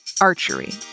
Archery